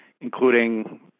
including